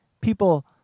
people